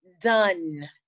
Done